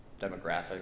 demographic